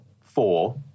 four